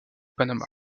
panama